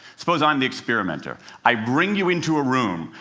suppose i'm the experimenter. i bring you into a room.